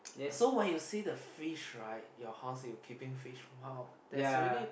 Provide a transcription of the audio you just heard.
so when you see the fish right your house you keeping fish !wow! that's really